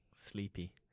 sleepy